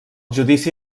judici